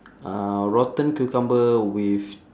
uh rotten cucumber with